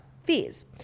Fees